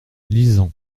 lisant